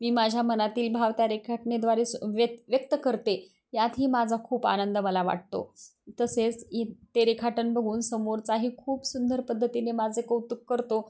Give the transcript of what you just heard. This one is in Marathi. मी माझ्या मनातील भाव त्या रेखाटनाद्वारे सु व्य व्यक्त करते यातही माझा खूप आनंद मला वाटतो तसेच इ ते रेखाटन बघून समोरचाही खूप सुंदर पद्धतीने माझे कौतुक करतो